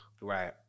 Right